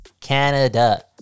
Canada